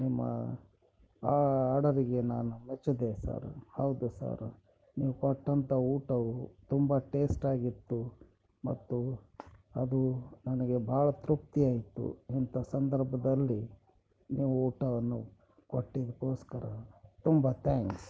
ನಿಮ್ಮ ಆ ಆರ್ಡರಿಗೆ ನಾನು ಮೆಚ್ಚಿದೆ ಸರ ಹೌದು ಸರ ನೀವು ಕೊಟ್ಟಂಥ ಊಟವು ತುಂಬ ಟೇಸ್ಟ್ ಆಗಿತ್ತು ಮತ್ತು ಅದು ನನಗೆ ಬಹಳ ತೃಪ್ತಿ ಆಯಿತು ಇಂತ ಸಂದರ್ಭದಲ್ಲಿ ನೀವು ಊಟವನ್ನು ಕೊಟ್ಟಿದ್ಕೋಸ್ಕರ ತುಂಬ ತ್ಯಾಂಕ್ಸ್